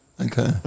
Okay